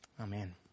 Amen